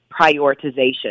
prioritization